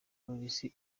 polisi